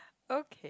okay